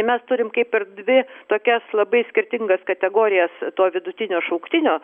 mes turim kaip ir dvi tokias labai skirtingas kategorijas to vidutinio šauktinio